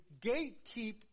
gatekeep